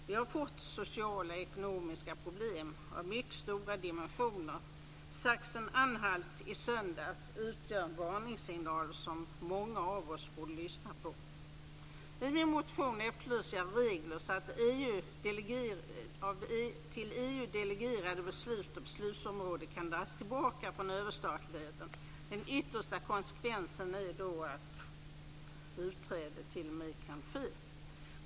Man har där fått sociala och ekonomiska problem av mycket stora dimensioner. Valet i Sachsen-Anhalt i söndags utgör en varningssignal som många av oss borde lyssna på. Jag efterlyser i min motion regler för att till EU delegerade beslut och beslutsområden kan dras tillbaka från överstatligheten. Den yttersta konsekvensen är att t.o.m. utträde kan ske.